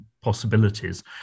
possibilities